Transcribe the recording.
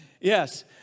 Yes